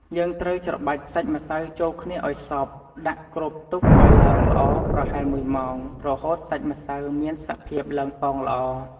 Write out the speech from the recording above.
យើងត្រូវច្របាច់សាច់ម្សៅចូលគ្នាឱ្យសព្វ ដាក់គ្របទុកឱ្យឡើងល្អប្រហែលមួយម៉ោង រហូតសាច់ម្សៅមានសភាពឡើងប៉ោងល្អ។